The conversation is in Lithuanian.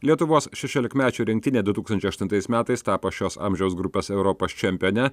lietuvos šešiolikmečių rinktinė du tūkstančiai aštuntais metais tapo šios amžiaus grupės europos čempione